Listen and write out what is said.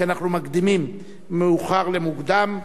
כי אנחנו מקדימים מאוחר למוקדם.